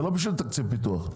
זה לא בשביל תקציב פיתוח.